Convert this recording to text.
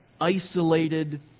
isolated